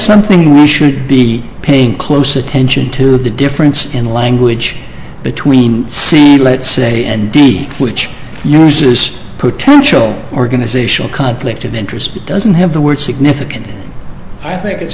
something we should be paying close attention to the difference in language between c let's a n d which uses potential organizational conflict of interest doesn't have the word significant i think it's